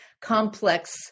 complex